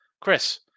chris